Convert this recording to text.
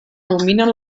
dominen